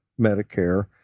Medicare